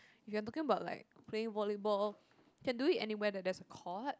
you're talking about like playing volleyball can do it anywhere that there's a court